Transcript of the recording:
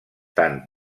tant